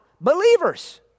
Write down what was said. believers